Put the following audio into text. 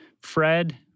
Fred